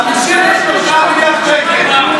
53 מיליארד שקל.